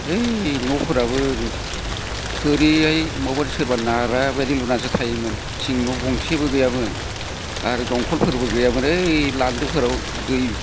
ओइ न'फोराबो थोरिहाय माबा सोरबा नारा बादि लुनासो थायोमोन थिं न'गंसेबो गैयामोन आर दंखलफोरबो गैयामोन ओइ लान्दोफोराव दै